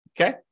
Okay